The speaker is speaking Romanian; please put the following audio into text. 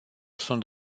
sunt